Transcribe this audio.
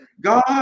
God